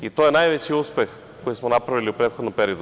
I to je najveći uspeh koji smo napravili u prethodnom periodu.